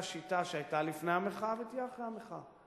שיטה שהיתה לפני המחאה ותהיה אחרי המחאה.